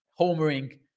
homering